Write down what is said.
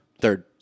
third